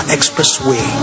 Expressway